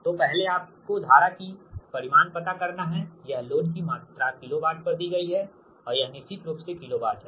तो पहले आपको धारा की परिमाण पता करना है यह लोड की मात्रा किलो वाट में दी गई है और यह निश्चित रूप से किलो वाट है